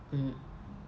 mm